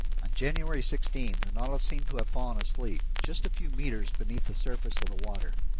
on january sixteen the nautilus seemed to have fallen asleep just a few meters beneath the surface of the water.